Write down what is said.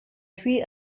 three